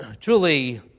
truly